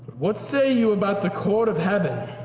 what say you about the court of heaven?